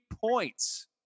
points